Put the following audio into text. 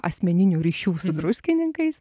asmeninių ryšių su druskininkais